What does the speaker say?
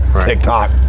TikTok